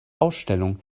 ausstellung